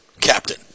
captain